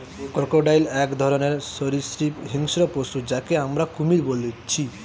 crocodile এক ধরণের সরীসৃপ হিংস্র পশু যাকে আমরা কুমির বলছি